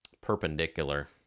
perpendicular